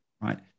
right